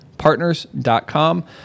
partners.com